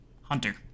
Hunter